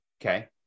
okay